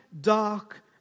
dark